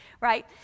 right